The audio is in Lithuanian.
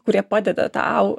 kurie padeda tau